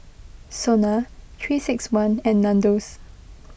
Sona three six one and Nandos